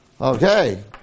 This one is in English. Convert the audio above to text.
okay